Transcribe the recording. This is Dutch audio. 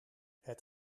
het